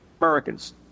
Americans